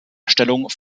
erstellung